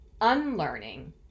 unlearning